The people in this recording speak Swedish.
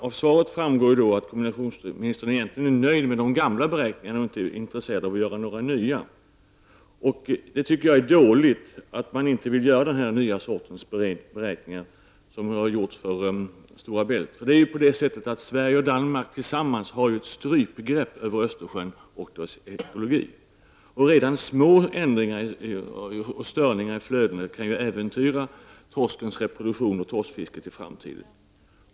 Av svaret framgår att kommunikationsministern egentligen är nöjd med de gamla beräkningarna och inte är intresserad av att några nya görs. Jag tycker att det är dåligt att regeringen inte vill att den här nya sortens beräkningar som har gjorts för Stora Bält görs även för Öresundsbron. Sverige och Danmark har ju tillsammans ett strypgrepp på Östersjön och dess ekologi. Redan små ändringar och störningar i flödena kan ju äventyra torskens reproduktion och torskfisket i framtiden.